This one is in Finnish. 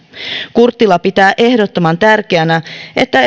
kurttila pitää ehdottoman tärkeänä että